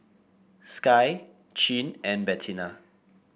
Skye Chin and Bettina